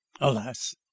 Alas